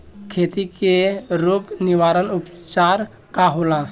खेती के रोग निवारण उपचार का होला?